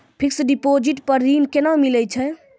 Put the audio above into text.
Fixed deposit पर ऋण केना मिलै छै?